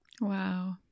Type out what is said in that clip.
Wow